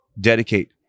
dedicate